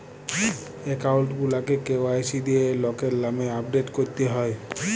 account গুলাকে KYC দিঁয়ে লকের লামে আপডেট ক্যরতে হ্যয়